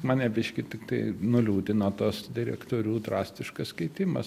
mane biškį tiktai nuliūdino tas direktorių drastiškas keitimas